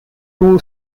two